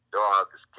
dogs